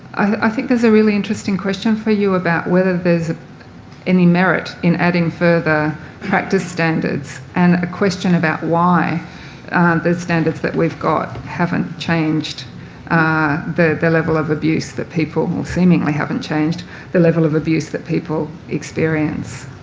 i think there's a really interesting question for you about whether there's any merit in adding further practice standards, and a question about why the standards that we've got haven't changed the the level of abuse that people or seemingly haven't changed the level of abuse that people experience